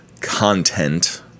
content